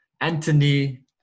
Anthony